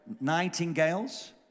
Nightingales